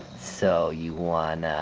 so you wanna,